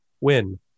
win